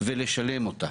ולשלם אותה.